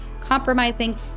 compromising